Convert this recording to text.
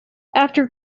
after